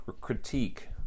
Critique